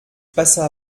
passa